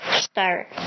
start